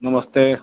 नमस्ते